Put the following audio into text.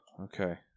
Okay